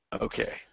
Okay